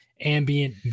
ambient